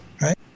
Right